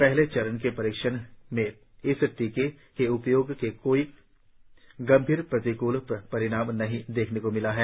पहले चरण के परीक्षणों में इस टीके के उपयोग के कोई गंभीर प्रतिकूल परिणाम नहीं देखने को मिले